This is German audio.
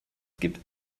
gibt